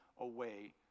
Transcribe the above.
away